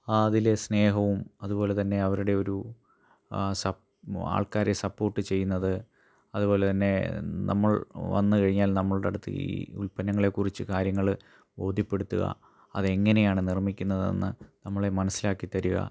അതിലെ സ്നേഹവും അതുപോലെ തന്നെ അവരുടെ ഒരു ആ ആൾക്കാരെ സപ്പോർട്ട് ചെയ്യുന്നത് അതുപോലെ തന്നെ നമ്മൾ വന്നു കഴിഞ്ഞാൽ നമ്മുടെ അടുത്ത് ഈ ഉൽപ്പന്നങ്ങളെ കുറിച്ച് കാര്യങ്ങൾ ബോധ്യപ്പെടുത്തുക അതെങ്ങനെയാണ് നിർമ്മിക്കുന്നതെന്ന് നമ്മളെ മനസിലാക്കി തരിക